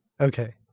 Okay